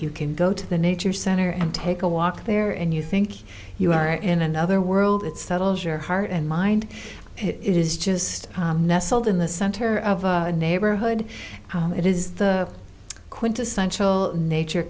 you can go to the nature center and take a walk there and you think you are in another world it settles your heart and mind it is just nestled in the center of a neighborhood it is the quintessential nature